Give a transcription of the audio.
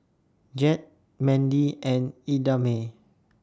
Jett Mendy and Idamae